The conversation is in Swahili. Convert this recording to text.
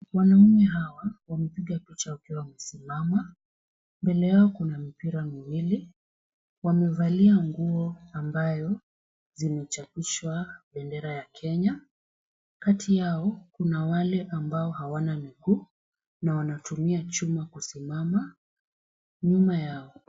Wanaume hawa wamepiga picha wakiwa wamesimama. Mbele yao kuna mipira miwili. Wamevalia nguo ambayo zimechapishwa bendera ya Kenya. Kati yao kuna wale ambao hawana miguu na wanatumia chuma kusimama nyuma yao.